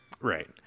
Right